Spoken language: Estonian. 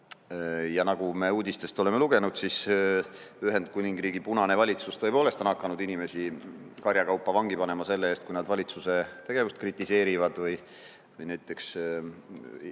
Ja nagu me uudistest oleme lugenud, on Ühendkuningriigi punane valitsus tõepoolest hakanud inimesi karjakaupa vangi panema selle eest, kui nad valitsuse tegevust kritiseerivad või näiteks